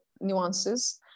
nuances